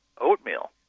oatmeal